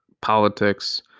politics